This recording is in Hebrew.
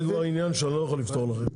זה כבר עניין שאני לא יכול לפתור לכם.